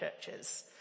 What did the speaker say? churches